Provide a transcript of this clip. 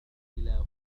إلى